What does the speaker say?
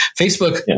Facebook